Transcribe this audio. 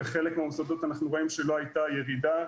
בחלק מהמוסדות אנחנו רואים שלא הייתה ירידה